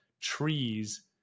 trees